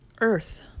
earth